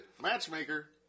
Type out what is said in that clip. Matchmaker